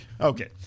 Okay